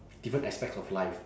different aspects of life